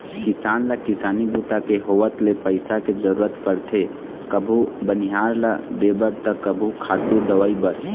किसान ल किसानी बूता के होवत ले पइसा के जरूरत परथे कभू बनिहार ल देबर त कभू खातू, दवई बर